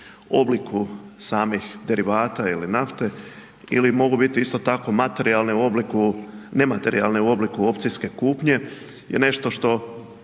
obliku samih derivata ili nafte ili mogu biti isto tako materijalne u obliku, nematerijalne u